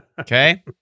Okay